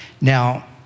Now